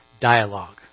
dialogue